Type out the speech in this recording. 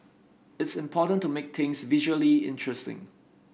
it's important to make things visually interesting